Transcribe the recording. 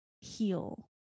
heal